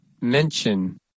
Mention